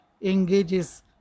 engages